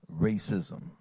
racism